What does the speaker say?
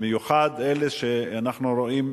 במיוחד אלה שאנחנו רואים,